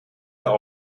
der